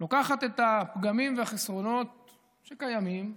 לוקחת את הפגמים והחסרונות שקיימים,